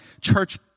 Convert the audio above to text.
church